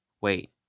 wait